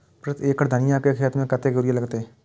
प्रति एकड़ धनिया के खेत में कतेक यूरिया लगते?